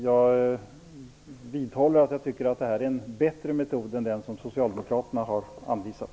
Jag vidhåller att det här är en bättre metod än den som Socialdemokraterna har anvisat.